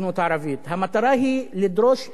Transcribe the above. המטרה היא לדרוש להגדיל